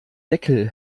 deckel